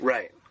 Right